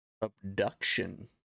abduction